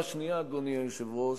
הערה שנייה, אדוני היושב-ראש,